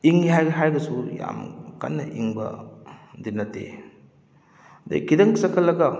ꯏꯪꯏ ꯍꯥꯏꯔꯒꯁꯨ ꯌꯥꯝ ꯀꯟꯅ ꯏꯪꯕꯗꯤ ꯅꯠꯇꯦ ꯑꯗꯩ ꯈꯤꯇꯪ ꯆꯠꯈꯠꯂꯒ